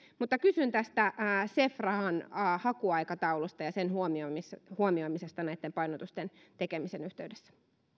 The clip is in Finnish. mutta kysyn tästä cef rahan hakuaikataulusta ja sen huomioimisesta huomioimisesta näitten painotusten tekemisen yhteydessä